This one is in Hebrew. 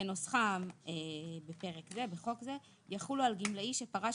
כנוסחם בחוק זה יחולו על גמלאישפרש